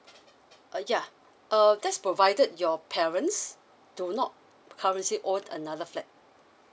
uh yeah uh just provided your parents do not currently owned another flat